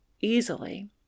easily